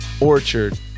Orchard